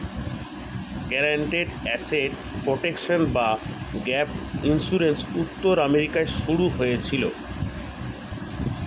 guaranteed asset protection বা gap insurance উত্তর আমেরিকায় শুরু হয়েছিল